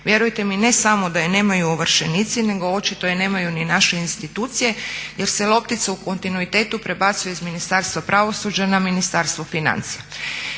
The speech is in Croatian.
Vjerujte mi, ne samo da je nemaju ovršenici nego očito je nemaju ni naše institucije jer se loptica u kontinuitetu prebacuje iz Ministarstva pravosuđa na Ministarstvo financija.